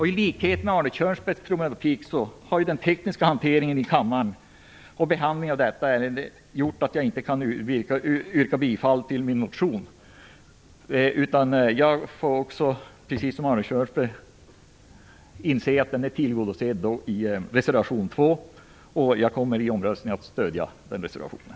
För mig liksom för Arne Kjörnsberg är det så att problematiken kring den tekniska hanteringen när det gäller behandlingen av detta ärende i kammaren har gjort att jag inte kan yrka bifall till min motion. Precis som Arne Kjörnsberg inser jag att mina synpunkter är tillgodosedda i reservation 2 och jag kommer i omröstningen att stödja den reservationen.